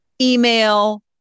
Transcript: email